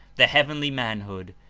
the heavenly manhood,